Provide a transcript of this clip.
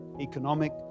economic